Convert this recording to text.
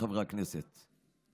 בבקשה, חבר הכנסת טסלר.